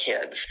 kids